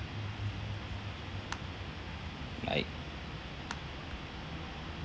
bye